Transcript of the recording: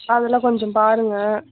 அது எல்லாம் கொஞ்சம் பாருங்கள்